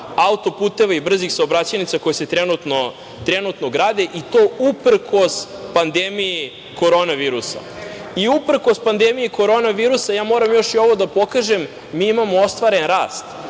autoputeva i brzih saobraćajnica koje se trenutno grade i to uprkos pandemiji korona virusa. Uprkos pandemiji korona virusa, moram još i ovo da pokažem, mi imamo ostvaren rast.